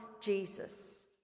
Jesus